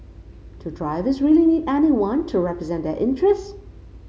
do drivers really need anyone to represent their interests